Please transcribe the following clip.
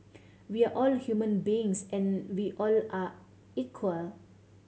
we're all human beings and we all are equal